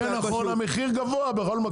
כן נכון, המחיר גבוה בכל מקום.